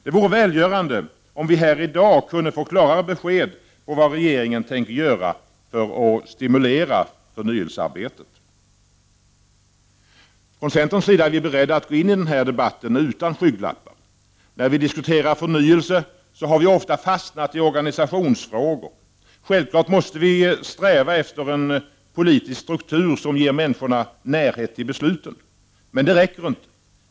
Det vore välgörande om vi här i dag kunde få klarare besked om vad regeringen tänker göra för att stimulera förnyelsearbetet. Från centerns sida är vi beredda att gå in i den här debatten utan skygglappar. När vi diskuterar förnyelse har vi ofta fastnat i organisationsfrågor. Självfallet måste vi sträva efter en politisk struktur som ger människor närhet till besluten. Men det räcker inte.